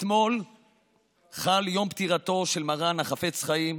אתמול חל יום פטירתו של מרן החפץ חיים,